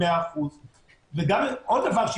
תודה רבה.